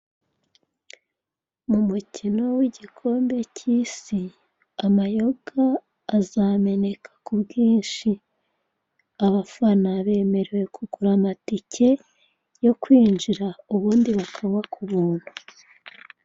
Mu mukino w'igikombe cy'isi amayoga azameneka ku bwinshi, abafana bemerewe kugura amatike yo kwinjira ubundi bakanywa ku buntu.